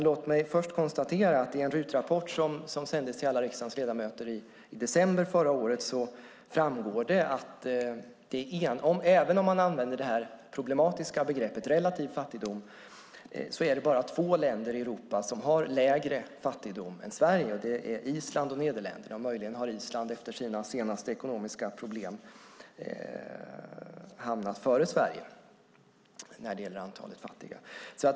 Låt mig först konstatera att det i en RUT-rapport som sändes till alla riksdagens ledamöter i december förra året framgår att även om man använder det problematiska begreppet "relativ fattigdom" är det bara två länder i Europa som har lägre fattigdom än Sverige. Det är Island och Nederländerna. Möjligen har Island efter sina senaste ekonomiska problem hamnat före Sverige när det gäller antalet fattiga.